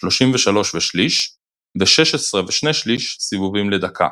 ⅓33 ו-⅔16 סיבובים לדקה,